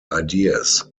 ideas